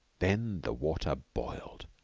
then the water boiled.